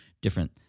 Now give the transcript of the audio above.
different